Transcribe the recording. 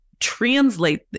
translate